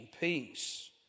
peace